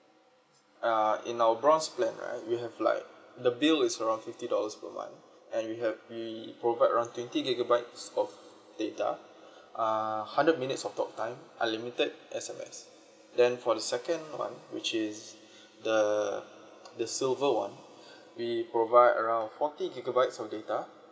uh in our bronze plan right we have like the bill is around fifty dollars per month and we had we provide around twenty gigabytes of data err hundred minutes of talk time unlimited S_M_S then for the second one which is the the silver one we provide around forty gigabytes of data